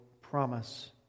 promise